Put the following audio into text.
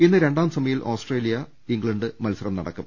ഇന്ന് രണ്ടാം സെമിയിൽ ഓസ്ട്രേലിയ ഇംഗ്ലണ്ട് മത്സരം നടക്കും